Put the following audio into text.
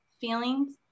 feelings